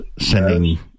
sending